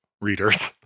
readers